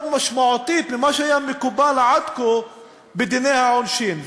משמעותית ממה שהיה מקובל עד כה בדיני העונשין.